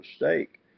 mistake